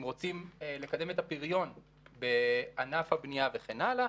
אם רוצים לקדם את הפריון בענף הבנייה וכן הלאה,